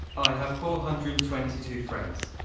i have four hundred and twenty two friends,